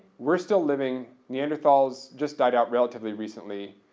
we're still living neanderthals just died out relatively recently,